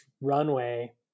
runway